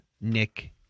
Nick